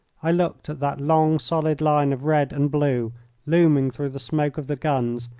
i looked at that long, solid line of red and blue looming through the smoke of the guns,